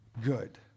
good